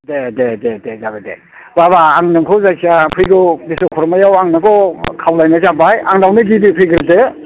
दे दे दे दे जाबाय दे बाबा आं नोंखौ जायखिजाया फैगौ बिशकर्मायाव आं नोंखौ खावलायनाय जाबाय आंनावनो जिरायफैग्रोदो